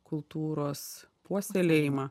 kultūros puoselėjimą